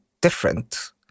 different